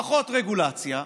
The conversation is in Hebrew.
פחות רגולציה,